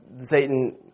Satan